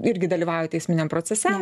irgi dalyvauja teisminiam procese